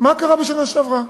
מה קרה בשנה שעברה.